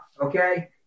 okay